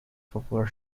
popular